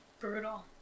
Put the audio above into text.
brutal